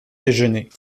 déjeuner